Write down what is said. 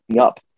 up